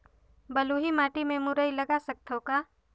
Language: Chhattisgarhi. बलुही माटी मे मुरई लगा सकथव का?